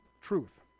truth